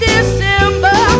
December